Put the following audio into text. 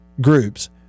groups